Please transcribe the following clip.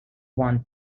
want